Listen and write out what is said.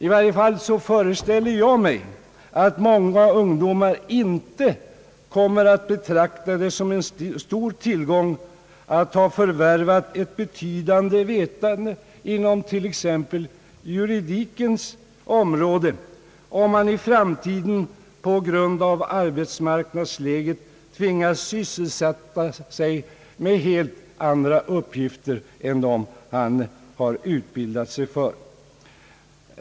I varje fall föreställer jag mig att många ungdomar inte kommer att betrakta det som en stor tillgång att ha förvärvat ett betydande vetande inom t.ex. juridikens område, om den unge i framtiden på grund av arbetsmarknadsläget tvingas syssla med helt andra uppgifter än dem han har utbildat sig för.